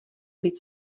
být